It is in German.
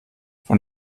von